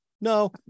No